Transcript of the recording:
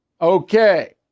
Okay